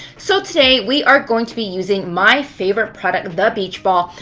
so today we are going to be using my favourite product, the beach ball.